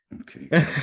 Okay